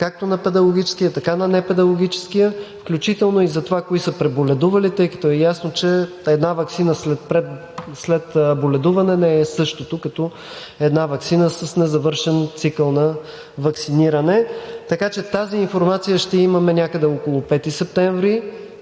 както на педагогическия, така на непедагогическия, включително и за това кои са преболедували, тъй като е ясно, че една ваксина след боледуване не е същото като една ваксина с незавършен цикъл на ваксиниране. Така че тази информация ще я имаме някъде около 5 септември,